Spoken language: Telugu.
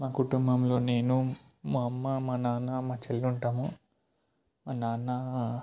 మా కుటుంబంలో నేను మా అమ్మ మా నాన్న మా చెల్లి ఉంటాము మా నాన్న